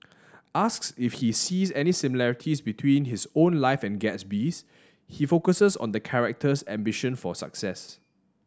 asks if he sees any similarities between his own life and Gatsby's he focuses on the character's ambition for success